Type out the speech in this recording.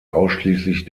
ausschließlich